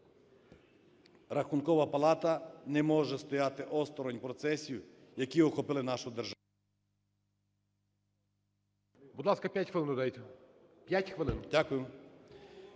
Рахункова палата не може стояти осторонь процесів, які охопили нашу державу…